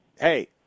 hey